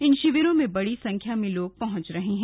इन शिविरों में बड़ी संख्या में लोग पहुंच रहे हैं